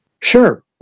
sure